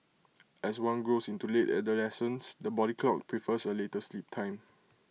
as one grows into late adolescence the body clock prefers A later sleep time